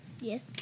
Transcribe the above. Yes